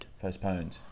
Postponed